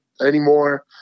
anymore